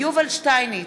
יובל שטייניץ,